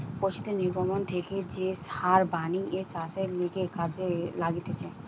পশুদের নির্গমন থেকে যে সার বানিয়ে চাষের লিগে কাজে লাগতিছে